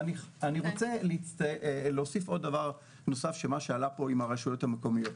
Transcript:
אני רוצה להוסיף דבר נוסף שעלה לגבי הרשויות המקומיות.